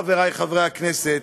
חברי חברי הכנסת,